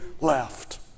left